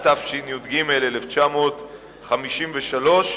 התשי"ג 1953,